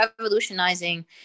revolutionizing